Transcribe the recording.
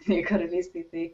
jungtinėj karalystėj tai